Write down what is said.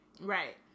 Right